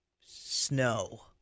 snow